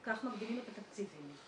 כך מגדילים את התקציבים.